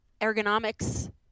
ergonomics